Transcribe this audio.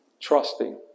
trusting